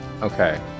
Okay